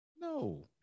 No